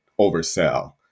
oversell